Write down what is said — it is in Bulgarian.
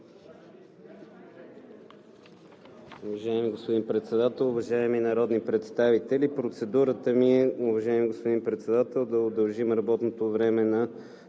Уважаеми господин Председател, уважаеми народни представители! Процедурата ми, уважаеми господин Председател, е да удължим работното време на